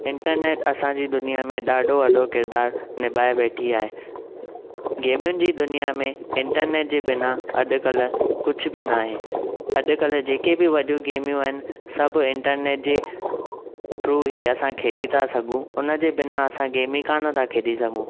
internet असां जी दुनिया में ॾाढो वॾो किरदार निभाइ वेठी आहे गेमियुनि जी दुनिया में इंटरनेट जे बिना अॼुकल्ह कुझु बि नाहे अॼुकल्ह जेके बि वॾियूं गेमियूं आहिनि सभु इंटरनेट जे थ्रू ई असां खेॾी त सघूं उन जे बिना असां गेमियूं कान था खेॾी सघूं